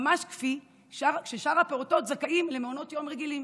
ממש כפי ששאר הפעוטות זכאים למעונות יום רגילים.